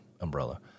umbrella